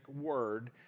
word